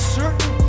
certain